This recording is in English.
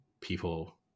people